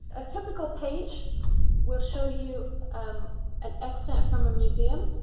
a typical page will show you um an extent from a museum